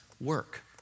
work